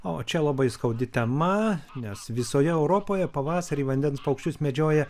o čia labai skaudi tema nes visoje europoje pavasarį vandens paukščius medžioja